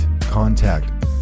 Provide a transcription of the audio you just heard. contact